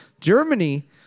Germany